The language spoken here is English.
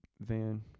van